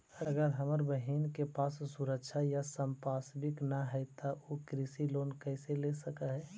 अगर हमर बहिन के पास सुरक्षा या संपार्श्विक ना हई त उ कृषि लोन कईसे ले सक हई?